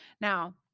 Now